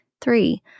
Three